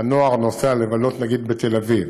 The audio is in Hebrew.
כשהנוער נוסע לבלות באוטובוסים, נגיד בתל אביב,